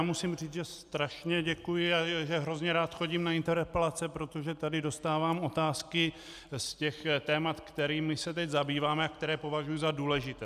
Musím říct, že strašně děkuji a že hrozně rád chodím na interpelace, protože tady dostávám otázky z témat, kterými se teď zabýváme a která považuji za důležitá.